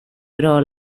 però